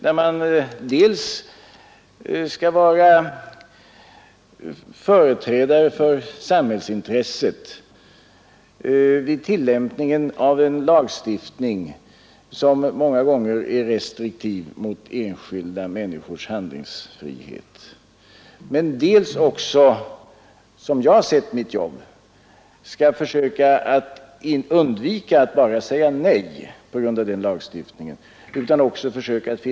Där skall man dels vara företrädare för Måndagen den samhällets intressen vid tillämpningen av lagstiftning, som många gånger 11 december 1972 är restriktiv mot enskilda människors handlingsfrihet, dels undvika att RR bara säga nej på grund av denna lagstiftning och i stället försöka finna Ang.